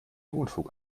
unfug